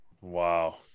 Wow